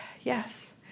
Yes